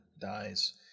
dies